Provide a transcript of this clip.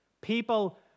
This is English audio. People